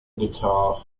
guitar